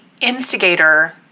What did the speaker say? instigator